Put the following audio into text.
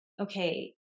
okay